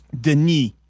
Denis